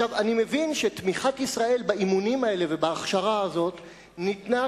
אני מבין שתמיכת ישראל באימונים האלה ובהכשרה הזאת ניתנה